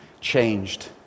changed